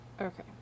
Okay